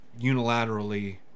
unilaterally